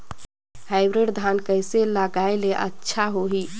Hybrid धान कइसे लगाय ले अच्छा होही?